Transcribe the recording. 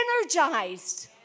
energized